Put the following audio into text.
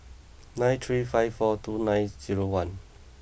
nine three five four two nine zero one